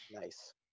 Nice